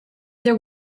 there